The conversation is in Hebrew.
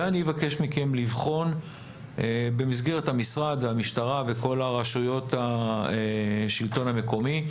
ואני אבקש מכם לבחון במסגרת המשרד והמשטרה וכל רשויות השלטון המקומי,